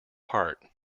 heart